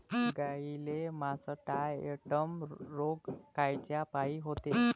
गाईले मासटायटय रोग कायच्यापाई होते?